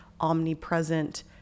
omnipresent